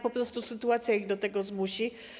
Po prostu sytuacja ich do tego zmusi.